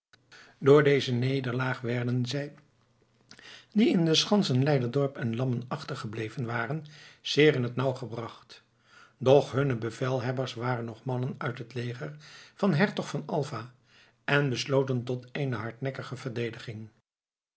door deze nederlaag werden zij die in de schansen leiderdorp en lammen achtergebleven waren zeer in het nauw gebracht doch hunne bevelhebbers waren nog mannen uit het leger van den hertog van alva en besloten tot eene hardnekkige verdediging